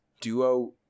Duo